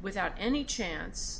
without any chance